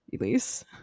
Elise